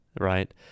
Right